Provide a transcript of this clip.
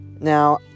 Now